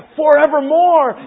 forevermore